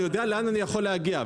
אני יודע לאן אני יכול להגיע,